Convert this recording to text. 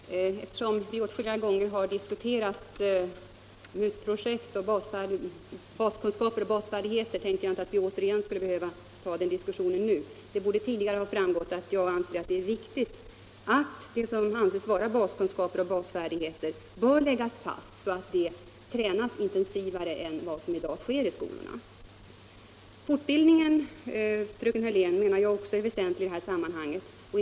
Herr talman! Eftersom vi redan åtskilliga gånger har diskuterat MUT projektet liksom baskunskaper och basfärdigheter hade jag inte tänkt att vi återigen skulle behöva ta upp denna diskussion. Det torde tidigare ha framgått att jag anser det viktigt att vad som kan anses vara baskunskaper och basfärdigheter bör läggas fast, så att träningen i skolorna av dessa kunskaper och färdigheter blir intensivare än den är i dag. Fortbildningen menar också jag är väsentlig i detta sammanhang, fröken Hörlén.